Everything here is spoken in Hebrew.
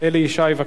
בבקשה, אדוני.